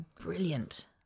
brilliant